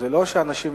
לא שאנשים